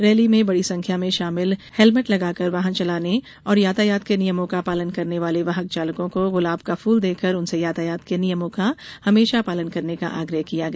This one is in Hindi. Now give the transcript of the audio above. रैली में बड़ी संख्या में शामिल हेलमेट लगाकर वाहन चलाने और यातायात के नियमों का पालन करने वाले वाहन चालकों को गुलाब का फूल देकर उनसे यातायात के नियमों का हमेंशा पालन करने का आग्रह भी किया गया